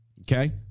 Okay